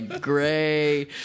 gray